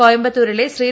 കോയമ്പത്തൂരിലെ Shri